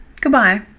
goodbye